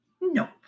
No